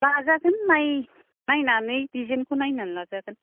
लाजागोन नायनानै डिजाइन खौ नायनानै लाजागोन